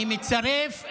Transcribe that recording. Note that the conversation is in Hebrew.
גם נעמה הצטרפה.